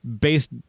based